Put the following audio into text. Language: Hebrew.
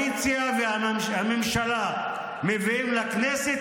שהקואליציה והממשלה מביאות לכנסת,